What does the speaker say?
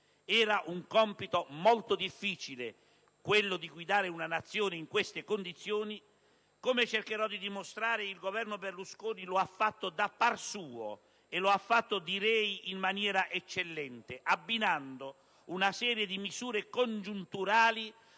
Era un compito molto difficile quello di guidare una Nazione in queste condizioni; come cercherò di dimostrare, però, il Governo Berlusconi lo ha fatto da par suo e, direi, in maniera eccellente, abbinando una serie di misure congiunturali